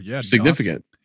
significant